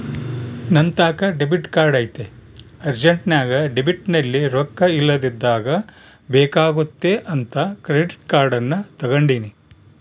ನಂತಾಕ debit card ಐತೆ ಅರ್ಜೆಂಟ್ನಾಗ ಡೆಬಿಟ್ನಲ್ಲಿ ರೊಕ್ಕ ಇಲ್ಲದಿದ್ದಾಗ ಬೇಕಾಗುತ್ತೆ ಅಂತ ಕ್ರೆಡಿಟ್ ಕಾರ್ಡನ್ನ ತಗಂಡಿನಿ